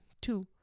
Two